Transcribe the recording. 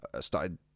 started